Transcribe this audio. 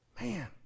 man